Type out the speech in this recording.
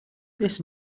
this